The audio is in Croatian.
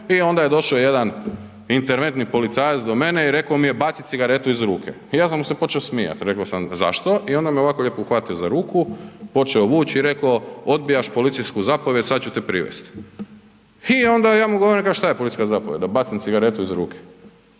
i onda je došao jedna interventni policajac do mene i reko mi je „baci cigaretu iz ruke“. Ja sam mu se počeo smijat, rekao sam „zašto“ i onda me ovako lijepo uhvatio za ruku, počeo vuć i reko „odbijaš policijsku zapovijed, sad ću te privest“. I onda ja mu govorim „šta je policijska zapovijed, da bacim cigaretu iz ruke?“